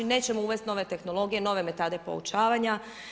Nećemo uvest nove tehnologije, nove metode poučavanja.